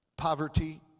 Poverty